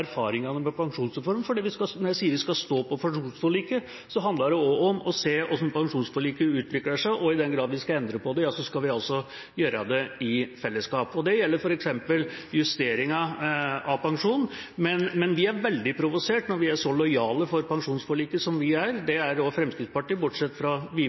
når jeg sier vi skal stå på pensjonsforliket, handler det også om å se på hvordan pensjonsforliket utvikler seg. I den grad vi skal endre på det, skal vi gjøre det i fellesskap. Det gjelder f.eks. justeringen av pensjonen. Når vi er så lojale overfor pensjonsforliket som vi er – det er også Fremskrittspartiet, bortsett fra Wiborg, som prater om noe helt annet i Stortinget – blir vi